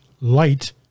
light